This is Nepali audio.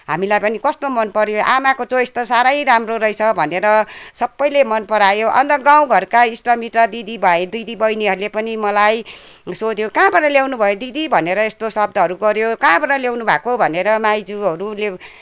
हामीलाई पनि कस्तो मनपर्यो आमाको चोइस त साह्रै राम्रो रहेछ भनेर सबैले मनपरायो अन्त गाउँघरका इष्टमित्र दिदीभाइ दिदीबहिनीहरूले पनि मलाई सोध्यो कहाँबाट ल्याउनुभयो दिदी भनेर यस्तो शब्दहरू गर्यो कहाँबाट ल्याउनुभएको भनेर माइजुहरूले